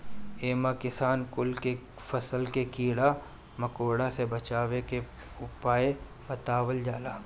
इमे किसान कुल के फसल के कीड़ा मकोड़ा से बचावे के उपाय बतावल जाला